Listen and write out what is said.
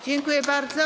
Dziękuję bardzo.